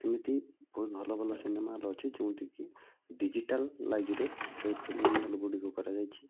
ଏମିତି ବହୁତ ଭଲ ଭଲ ସିନେମା ହଲ୍ ଅଛି ଯେମିତିକି ଡ଼ିଜିଟାଲାଇଜ୍ରେ ସେଇ ଫିଲ୍ମ ହଲ୍ଗୁଡ଼ିକୁ କରାଯାଇଛି